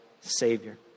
Savior